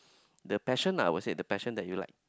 the passion lah I would said the passion that you like